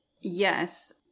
Yes